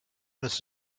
this